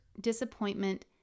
disappointment